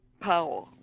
power